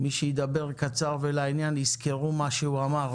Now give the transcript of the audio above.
מי שידבר קצר ולעניין יזכרו את מה שהוא אמר,